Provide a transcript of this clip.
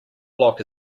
block